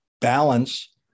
balance